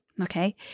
okay